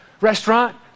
restaurant